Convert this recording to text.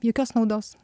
jokios naudos